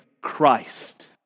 Christ